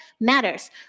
matters